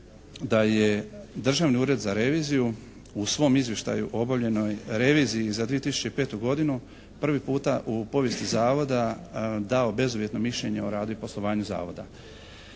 da je Državni ured za reviziju u svom izvještaju o obavljenoj reviziji za 2005. godinu prvi puta u povijesti Zavoda dao bezuvjetno mišljenje o radu i poslovanju Zavoda.